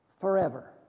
forever